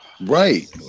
Right